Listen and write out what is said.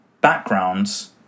backgrounds